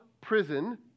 prison